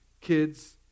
kids